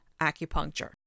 acupuncture